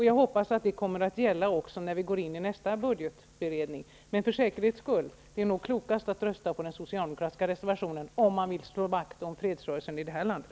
Jag hoppas att det även kommer att gälla när vi går in i nästa budgetberedning. Men för säkerhets skull är det nog klokast att rösta på den socialdemokratiska reservationen om man vill slå vakt om fredsrörelsen i det här landet.